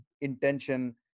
intention